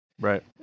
Right